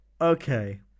okay